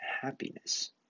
happiness